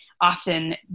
often